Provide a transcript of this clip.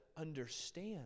understand